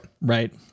right